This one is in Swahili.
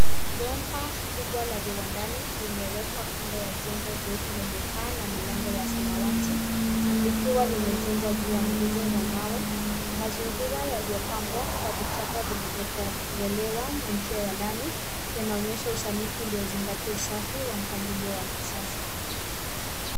Bomba kubwa la viwandani limewekwa kando ya jengo jeupe lenye paa na milango ya samawati likiwa limejengwa juu ya nguzo za mawe, mazingira yaliyopambwa kwa vichaka vilivyo ongolewa na njia ya lami yanaonyesha usanifu uliozingatia usafi wa mpangilio wa kisasa.